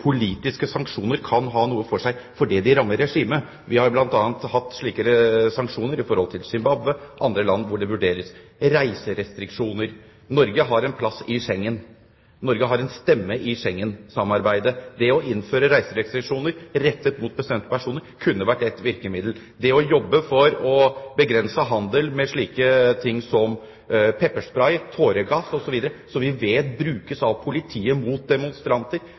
andre land hvor det vurderes reiserestriksjoner. Norge har en stemme i Schengensamarbeidet. Det å innføre reiserestriksjoner rettet mot bestemte personer kunne ha vært et virkemiddel, og det å jobbe for å begrense handel med pepperspray, tåregass, osv., som vi vet brukes av politiet mot demonstranter